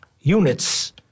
units